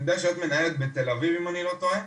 את מנהלת בתל אביב, אם אני לא טועה,